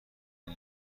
این